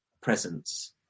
presence